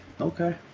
okay